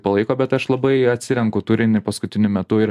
palaiko bet aš labai atsirenku turinį paskutiniu metu ir